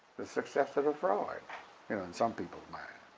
the successor to freud, you know in some people's minds.